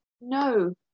no